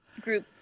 group